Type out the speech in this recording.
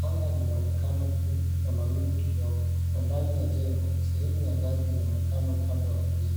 anga linaonekana bluu na mawingu kidogo na ndani ya jengo sehemu ya ngazi inaonekana upande wa kulia.